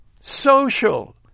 social